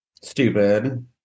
Stupid